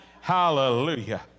Hallelujah